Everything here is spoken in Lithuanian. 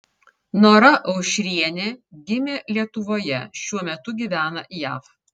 nora aušrienė gimė lietuvoje šiuo metu gyvena jav